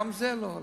גם זה לא הלך.